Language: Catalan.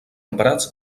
emprats